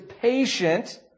patient